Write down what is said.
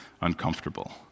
uncomfortable